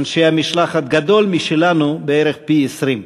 אנשי המשלחת, גדול משלנו בערך פי-20.